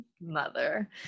mother